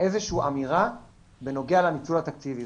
איזו שהיא אמירה בנוגע לניצול תקציבי.